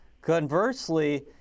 Conversely